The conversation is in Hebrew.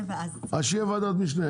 זה צריך להיות ועדת משנה.